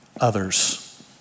others